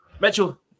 Mitchell